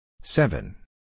seven